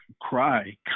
cry